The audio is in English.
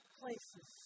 places